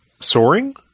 soaring